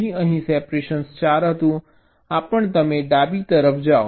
G અહીં separation 4 હતું આ પણ તમે ડાબી તરફ જાવ